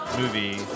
movie